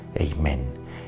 Amen